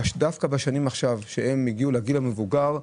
דווקא בשנים האלה בהן הם הגיעו לגיל מבוגר,